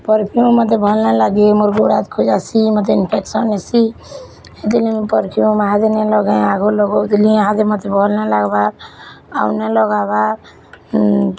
perfume ମୋତେ ଭଲ୍ ନାଇଁ ଲାଗେ ମୋର୍ ଗୋଡ଼ ହାତ୍ ଖୁଜାସି ମୋତେ ଇନଫେକସନ୍ ହେସି ହେତିରଲାଗି ପରଫ୍ୟୁମ୍ ଇହାଦେ ନାଇଁ ଲଗାଏ ଆଗୁଁ ଲଗଉଥିଲି ଇହାଦେ ମୋତେ ଭଲ୍ ନାଇଁ ଲାଗବାର୍ ଆଉ ନାଇଁ ଲଗାବାର୍